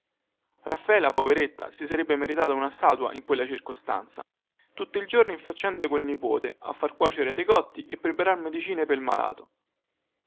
raffaela poveretta si sarebbe meritata una statua in quella circostanza tutto il giorno in faccende col nipote a far cuocere decotti e preparar le medicine pel malato